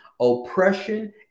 oppression